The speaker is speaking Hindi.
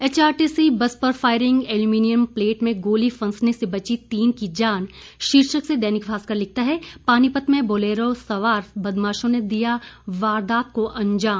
एचआरटीसी बस पर फायरिंग एल्युमीनियम प्लेट में गोली फंसने से बची तीन की जान शीर्षक से दैनिक भास्कर लिखता है पानीपत में बोलेरो सवार बदमाशों ने दिया वारदात को अंजाम